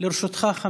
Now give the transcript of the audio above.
אם בירכתי אותך,